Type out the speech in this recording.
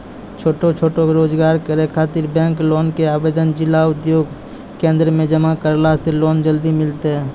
छोटो छोटो रोजगार करै ख़ातिर बैंक लोन के आवेदन जिला उद्योग केन्द्रऽक मे जमा करला से लोन जल्दी मिलतै?